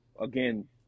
Again